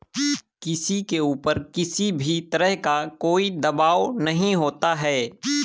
किसी के ऊपर किसी भी तरह का कोई दवाब नहीं होता है